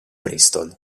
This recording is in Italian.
bristol